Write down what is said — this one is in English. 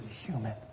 human